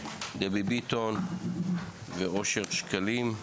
דבי ביטון ואושר שקלים,